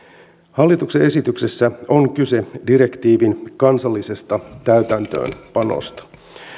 hallituksen esityksessä on kyse direktiivin kansallisesta täytäntöönpanosta